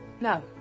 No